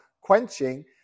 quenching